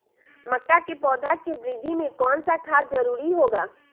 मक्का के पौधा के वृद्धि में कौन सा खाद जरूरी होगा?